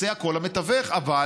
המתווך עושה הכול,